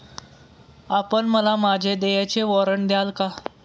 आपण मला माझे देयचे वॉरंट द्याल का?